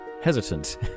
hesitant